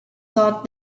thought